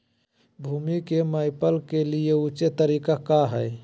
भूमि को मैपल के लिए ऊंचे तरीका काया है?